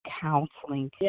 counseling